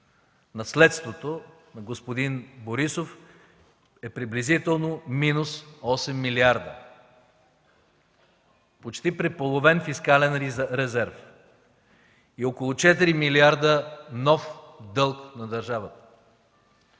наследството от господин Борсов е приблизително минус осем милиарда, почти преполовен фискален резерв и около четири милиарда нов дълг на държавата,